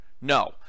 No